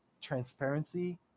transparency